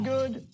Good